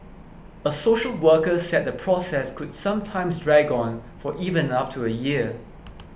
a social worker said the process could sometimes drag on for even up to a year